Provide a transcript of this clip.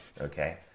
okay